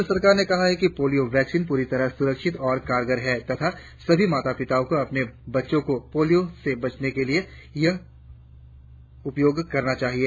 केंद्र सरकार ने कहा है कि पोलियो वैक्सीन पूरी तरह सुरक्षित और कारगर है तथा सभी माता पिता को अपने बच्चों को पोलियो से बचाने के लिए इसका उपयोग करना चाहिए